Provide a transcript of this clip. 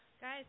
Guys